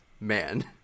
man